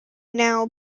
now